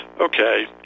Okay